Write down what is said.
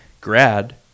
grad